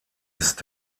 ist